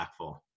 impactful